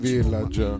Village